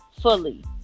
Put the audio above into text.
fully